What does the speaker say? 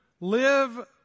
live